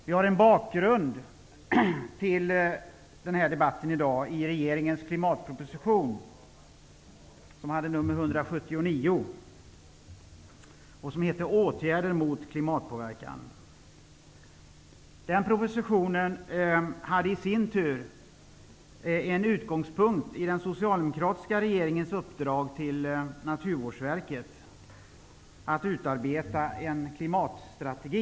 Vi har en bakgrund till den här debatten i dag i regeringens klimatproposition, som har nr 179. Den heter Åtgärder mot klimatpåverkan. Den propositionen har i sin tur en utgångspunkt i den socialdemokratiska regeringens uppdrag till Naturvårdsverket att utarbeta en klimatstrategi.